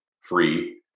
free